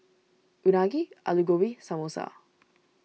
Unagi Alu Gobi Samosa